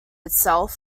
itself